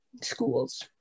schools